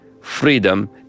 freedom